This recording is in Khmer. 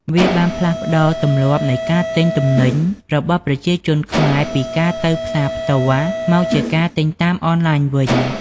វាបានផ្លាស់ប្តូរទម្លាប់នៃការទិញទំនិញរបស់ប្រជាជនខ្មែរពីការទៅផ្សារផ្ទាល់ មកជាការទិញតាមអនឡាញវិញ។